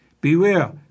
Beware